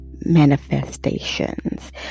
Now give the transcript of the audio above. manifestations